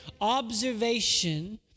observation